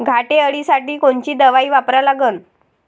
घाटे अळी साठी कोनची दवाई वापरा लागन?